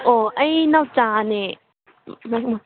ꯑꯣ ꯑꯩ ꯅꯥꯎꯆꯥꯅꯦ